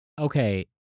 okay